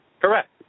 Correct